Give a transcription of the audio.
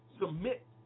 Submit